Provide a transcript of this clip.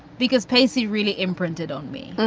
because pacey really imprinted on me.